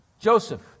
Joseph